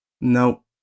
No